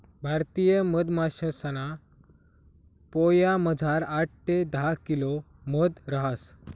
भारतीय मधमाशासना पोयामझार आठ ते दहा किलो मध रहास